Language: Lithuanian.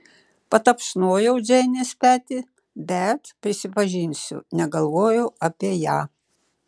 patapšnojau džeinės petį bet prisipažinsiu negalvojau apie ją